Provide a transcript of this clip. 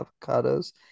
avocados